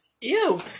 Ew